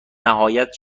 نهایت